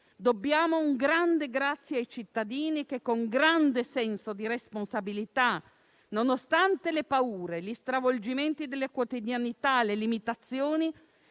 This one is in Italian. dobbiamo un grande ringraziamento ai cittadini che, con grande senso di responsabilità, nonostante le paure, gli stravolgimenti della quotidianità e le limitazioni,